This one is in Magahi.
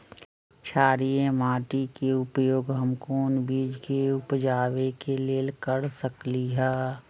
क्षारिये माटी के उपयोग हम कोन बीज के उपजाबे के लेल कर सकली ह?